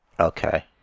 Okay